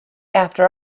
after